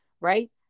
right